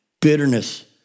bitterness